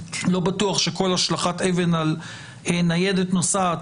לא בטוח שכל השלכת אבן על ניידת נוסעת,